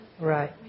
right